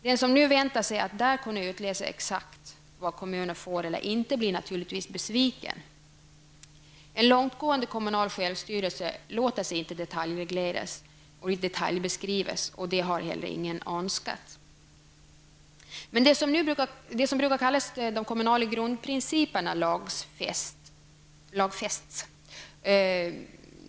Den som väntar sig att där kunna utläsa exakt vad kommunen får eller inte får göra blir naturligtvis besviken. En långtgående kommunal självstyrelse låter sig inte detaljbeskrivas, och det har heller ingen önskat. Vad som brukar kallas de kommunala grundprinciperna lagfästs nu.